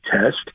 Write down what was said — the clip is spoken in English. test